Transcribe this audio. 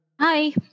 Hi